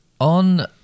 On